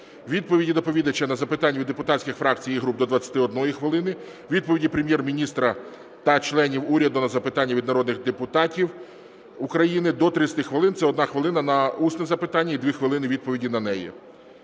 Відповіді доповідача на запитання від депутатських фракцій і груп – до 21 хвилини. Відповіді Прем'єр-міністра та членів уряду на запитання від народних депутатів України – до 30 хвилин, це 1 хвилина на усне запитання і 2 хвилини – відповіді на неї.